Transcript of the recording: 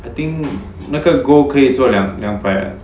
I think 那个 gold 可以做两两百 leh